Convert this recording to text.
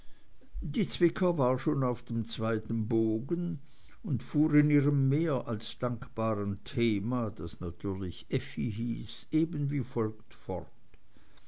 die zwicker war schon auf dem zweiten bogen und fuhr in ihrem mehr als dankbaren thema das natürlich effi hieß eben wie folgt fort